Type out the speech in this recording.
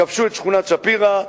כבשו את שכונת שפירא,